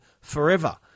forever